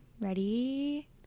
ready